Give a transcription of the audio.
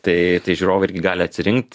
tai tai žiūrovai irgi gali atsirinkt